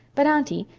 but, aunty,